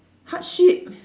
hardship